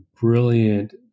brilliant